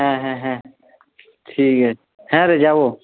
হ্যাঁ হ্যাঁ হ্যাঁ ঠিক আছে হ্যাঁ রে যাবো